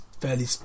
fairly